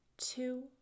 Two